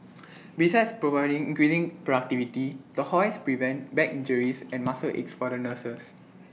besides increasing productivity the hoists prevent back injuries and muscle aches for the nurses